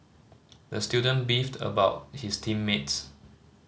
the student beefed about his team mates